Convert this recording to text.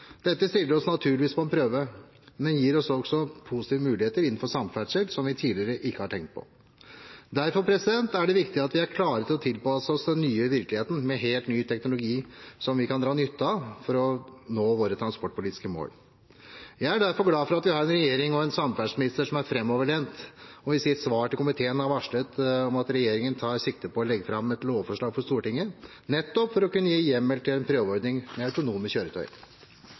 Dette setter oss naturligvis på en prøve, men gir oss også positive muligheter innenfor samferdsel som vi tidligere ikke har tenkt på. Derfor er det viktig at vi er klare til å tilpasse oss den nye virkeligheten med helt ny teknologi som vi kan dra nytte av for å nå våre transportpolitiske mål. Jeg er derfor glad for at vi har en regjering og en samferdselsminister som er framoverlent, og som i sitt svar til komiteen har varslet at regjeringen tar sikte på å legge fram et lovforslag for Stortinget, nettopp for å kunne gi hjemmel til en prøveordning med autonome kjøretøy.